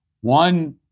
one